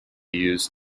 used